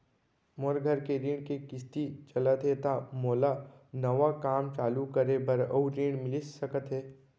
मोर घर के ऋण के किसती चलत हे ता का मोला नवा काम चालू करे बर अऊ ऋण मिलिस सकत हे?